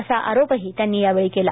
असा आरोपही त्यांनी केला